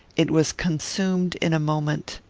it was consumed in a moment.